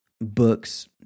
books